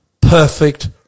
perfect